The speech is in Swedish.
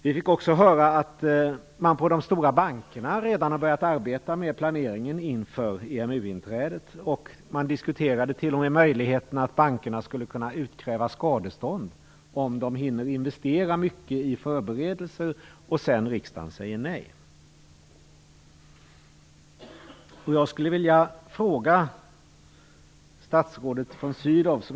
Vi fick också höra att man på de stora bankerna redan har börjat arbeta med planeringen inför EMU inträdet. Man diskuterade t.o.m. möjligheten att bankerna skulle kunna utkräva skadestånd om de hinner investera mycket i förberedelser och riksdagen sedan säger nej.